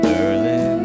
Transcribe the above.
early